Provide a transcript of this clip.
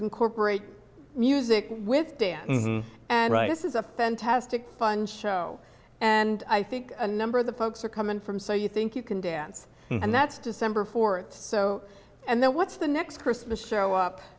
incorporate music with dance and right this is a fantastic fun show and i think a number of the folks are coming from so you think you can dance and that's december for so and then what's the next christmas show up